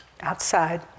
outside